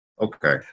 Okay